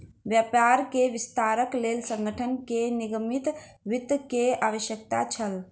व्यापार के विस्तारक लेल संगठन के निगमित वित्त के आवश्यकता छल